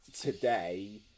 today